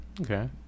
Okay